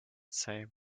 same